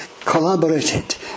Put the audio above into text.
collaborated